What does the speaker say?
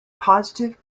positive